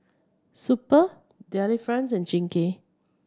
Super Delifrance and Chingay